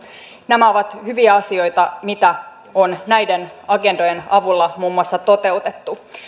nämä ovat hyviä asioita mitä on näiden agendojen avulla muun muassa toteutettu